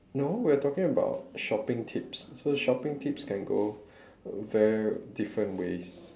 no we're talking about shopping tips so shopping tips can go very different ways